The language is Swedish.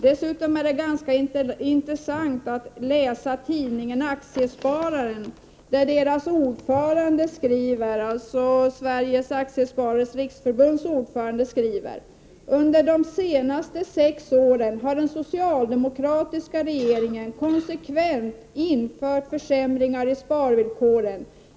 Dessutom är det ganska intressant att läsa tidningen Aktiespararen, där riksförbundets ordförande skriver: ”Under de senaste sex åren har den socialdemokratiska regeringen konsekvent infört försämringar i sparvillkoren.